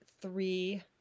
three